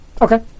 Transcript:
Okay